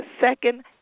second